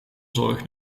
zorg